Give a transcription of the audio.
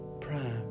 prime